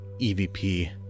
EVP